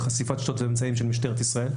חשיפת שיטות ואמצעים של משטרת ישראל.